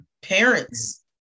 parents